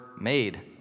made